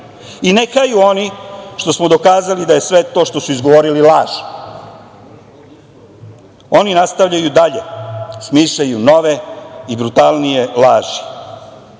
i ne haju oni što smo dokazali da je sve to što su izgovorili laž. Oni nastavljaju dalje, smišljaju nove i brutalnije laži.